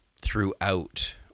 throughout